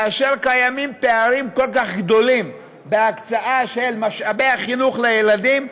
כאשר קיימים פערים כל כך גדולים בהקצאה של משאבי החינוך לילדים,